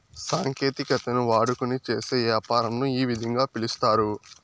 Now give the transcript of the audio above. సాంకేతికతను వాడుకొని చేసే యాపారంను ఈ విధంగా పిలుస్తారు